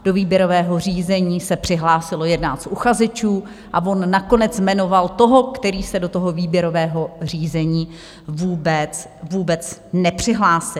Do výběrového řízení se přihlásilo 11 uchazečů a on nakonec jmenoval toho, který se do toho výběrového řízení vůbec nepřihlásil.